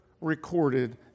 recorded